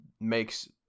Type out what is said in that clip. makes